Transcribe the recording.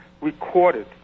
recorded